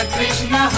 Krishna